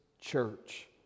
church